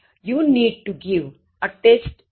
You need to give a test in English